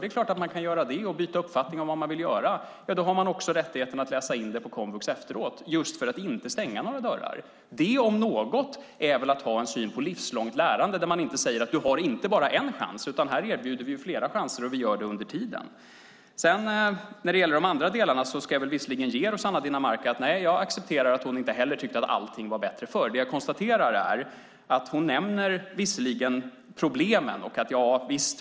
Det är klart att man kan göra det och byta uppfattning om vad man vill göra. Då har man också rättigheten att läsa in detta på komvux efteråt, just för att inte stänga några dörrar. Det om något är väl att ha en syn på livslångt lärande. Vi säger: Du har inte bara en chans, utan här erbjuder vi flera chanser, och vi gör det under tiden. När det gäller de andra delarna ska jag säga till Rossana Dinamarca att jag accepterar att hon inte heller tyckte att allting vad bättre förr. Jag konstaterar att hon nämner problemen.